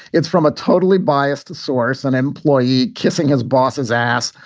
it's from a totally biased source and employee kissing his boss's ass.